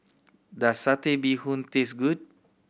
does Satay Bee Hoon taste good